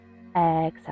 Exhale